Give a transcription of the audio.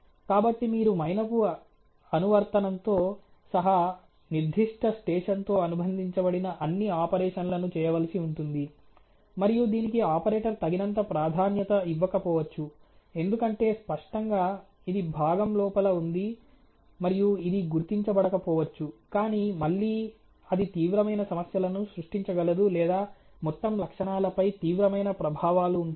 కాబట్టి మీరు మైనపు అనువర్తనంతో సహా నిర్దిష్ట స్టేషన్ తో అనుబంధించబడిన అన్ని ఆపరేషన్లను చేయవలసి ఉంటుంది మరియు దీనికి ఆపరేటర్ తగినంత ప్రాధాన్యత ఇవ్వకపోవచ్చు ఎందుకంటే స్పష్టంగా ఇది భాగం లోపల ఉంది మరియు ఇది గుర్తించబడకపోవచ్చు కానీ మళ్ళీ అది తీవ్రమైన సమస్యలను సృష్టించగలదు లేదా మొత్తం లక్షణాలపై తీవ్రమైన ప్రభావాలు ఉంటాయి